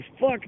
fuck